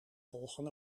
volgen